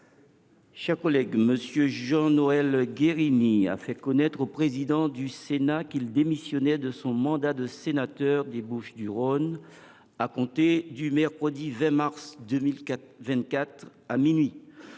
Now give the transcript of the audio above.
chers collègues, M. Jean Noël Guérini a fait connaître au président du Sénat qu’il démissionnait de son mandat de sénateur des Bouches du Rhône à compter du mercredi 20 mars 2024, à minuit.